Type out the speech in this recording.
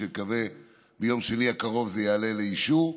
נקווה שביום שני הקרוב זה יעלה לאישור.